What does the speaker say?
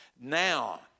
now